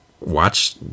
watch